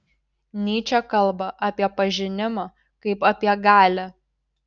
nyčė kalba apie pažinimą kaip apie galią